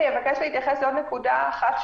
אבקש להתייחס לעוד נקודה אחת,